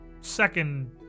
second